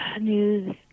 news